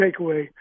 takeaway